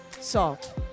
Salt